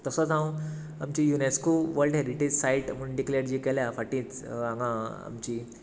तसोच हांव आमची युनेस्को वर्ल्ड हेरिटेज सायट म्हण डिक्लेर जी केल्या फाटींच हांगा आमची